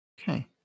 Okay